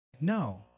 No